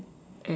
air